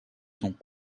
sont